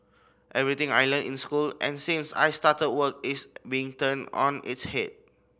everything I learnt in school and since I started work is being turned on its head